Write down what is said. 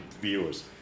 viewers